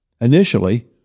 Initially